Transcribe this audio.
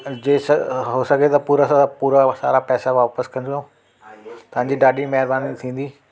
अ जेंस हो सघे त पूरा सां पूरा सारा पैसा वापिसि कजो तव्हांजी ॾाढी महिरबानी थींदी